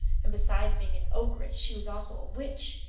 and besides being an ogress she was also a witch,